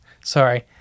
Sorry